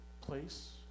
place